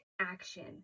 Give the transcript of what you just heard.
action